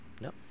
no